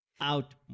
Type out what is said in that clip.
out